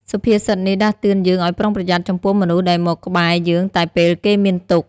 សុភាសិតនេះដាស់តឿនយើងឱ្យប្រុងប្រយ័ត្នចំពោះមនុស្សដែលមកក្បែរយើងតែពេលគេមានទុក្ខ។